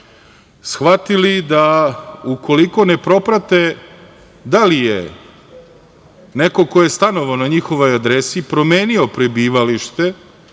shvatili da ukoliko ne proprate da li je neko ko je stanovao na njihovoj adresi promenio prebivalište